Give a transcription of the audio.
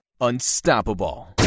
unstoppable